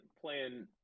playing